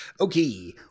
Okay